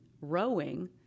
rowing